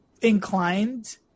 inclined